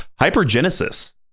Hypergenesis